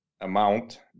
amount